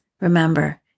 Remember